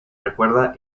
recuerda